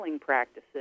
practices